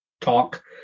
talk